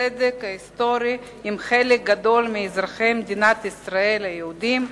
צדק היסטורי עם חלק גדול מאזרחי מדינת ישראל היהודים,